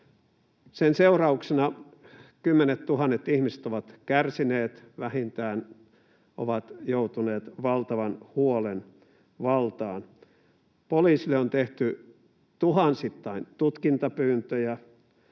Sen seurauksena kymmenettuhannet ihmiset ovat kärsineet, vähintään ovat joutuneet valtavan huolen valtaan. Poliisille on tehty tuhansittain tutkintapyyntöjä.